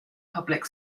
public